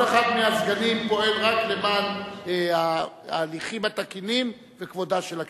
כל אחד מהסגנים פועל רק למען ההליכים התקינים וכבודה של הכנסת.